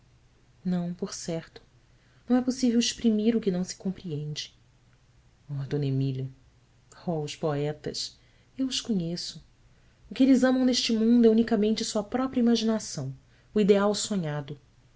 não por certo não é possível exprimir o que não se compreende h mília h s poetas eu os conheço o que eles amam neste mundo é unicamente sua própria imaginação o ideal sonhado